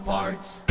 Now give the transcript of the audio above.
Parts